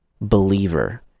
believer